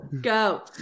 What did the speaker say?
Go